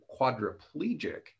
quadriplegic